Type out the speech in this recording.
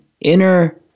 inner